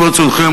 עם רצונכם,